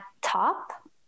top